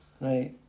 right